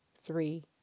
three